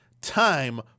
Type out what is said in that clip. Time